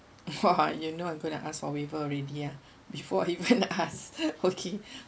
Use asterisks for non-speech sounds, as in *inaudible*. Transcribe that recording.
!wah! *laughs* you know I'm gonna ask for waiver already ah before I'm gonna to ask ask *laughs* okay